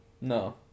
no